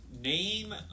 Name